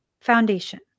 Foundation